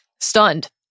Stunned